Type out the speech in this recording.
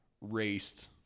raced